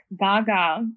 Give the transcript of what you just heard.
Gaga